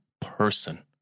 person